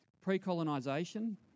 Pre-colonisation